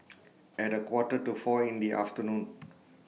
At A Quarter to four in The afternoon